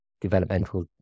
developmental